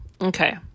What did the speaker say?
Okay